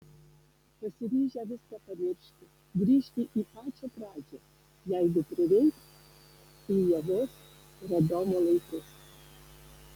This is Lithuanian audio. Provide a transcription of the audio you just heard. pasiryžę viską pamiršti grįžti į pačią pradžią jeigu prireiks į ievos ir adomo laikus